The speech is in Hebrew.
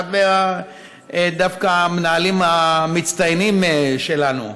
דווקא אחד מהמנהלים המצטיינים שלנו.